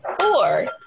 four